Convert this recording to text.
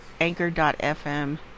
anchor.fm